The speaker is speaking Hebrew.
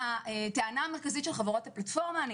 הטענה המרכזית של חברות הפלטפורמה בעולם אני